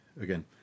Again